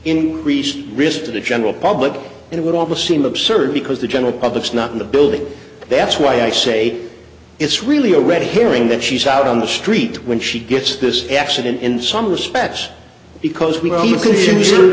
increase the risk to the general public and it would almost seem absurd because the general public's not in the building that's why i say it's really a red herring that she's out on the street when she gets this accident in some respects because